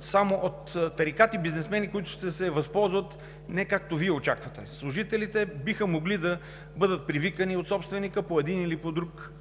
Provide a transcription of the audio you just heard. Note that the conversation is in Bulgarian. само от тарикати бизнесмени, които ще се възползват не както Вие очаквате. Служителите биха могли да бъдат привикани от собственика по един или по друг